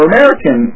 American